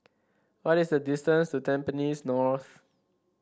what is the distance to Tampines North